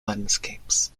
landscapes